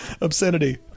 obscenity